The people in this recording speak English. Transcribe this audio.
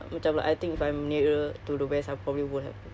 if you know what it's always like that though